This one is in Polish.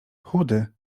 chudy